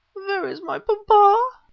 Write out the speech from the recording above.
where is my papa?